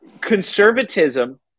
Conservatism